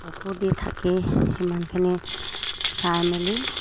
চকু দি থাকি সিমানখিনি চাই মেলি